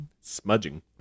Smudging